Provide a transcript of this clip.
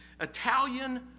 Italian